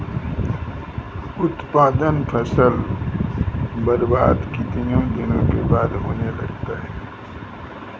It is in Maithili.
उत्पादन फसल बबार्द कितने दिनों के बाद होने लगता हैं?